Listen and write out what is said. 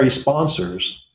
sponsors